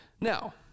Now